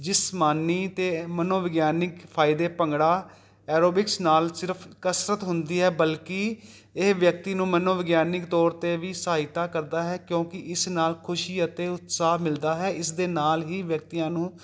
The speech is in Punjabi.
ਜਿਸਮਾਨੀ ਅਤੇ ਮਨੋਵਿਗਿਆਨਿਕ ਫਾਇਦੇ ਭੰਗੜਾ ਐਰੋਬਿਕਸ ਨਾਲ ਸਿਰਫ ਕਸਰਤ ਹੁੰਦੀ ਹੈ ਬਲਕਿ ਇਹ ਵਿਅਕਤੀ ਨੂੰ ਮਨੋਵਿਗਿਆਨਿਕ ਤੌਰ 'ਤੇ ਵੀ ਸਹਾਇਤਾ ਕਰਦਾ ਹੈ ਕਿਉਂਕਿ ਇਸ ਨਾਲ ਖੁਸ਼ੀ ਅਤੇ ਉਤਸਾਹ ਮਿਲਦਾ ਹੈ ਇਸ ਦੇ ਨਾਲ ਹੀ ਵਿਅਕਤੀਆਂ ਨੂੰ